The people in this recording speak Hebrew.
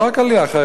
לא רק על חרדים,